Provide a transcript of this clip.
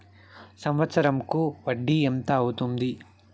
సంవత్సరం కు వడ్డీ ఎంత అవుతుంది?